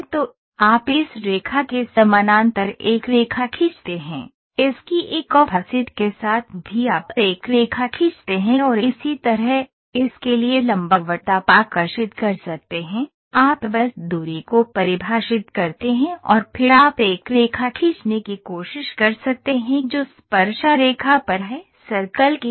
तो आप इस रेखा के समानांतर एक रेखा खींचते हैं इसकी एक ऑफसेट के साथ भी आप एक रेखा खींचते हैं और इसी तरह इस के लिए लंबवत आप आकर्षित कर सकते हैं आप बस दूरी को परिभाषित करते हैं और फिर आप एक रेखा खींचने की कोशिश कर सकते हैं जो स्पर्शरेखा पर है सर्कल के लिए